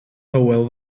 hywel